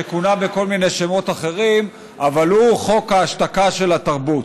שכונה בכל מיני שמות אחרים אבל הוא חוק ההשתקה של התרבות.